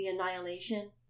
Annihilation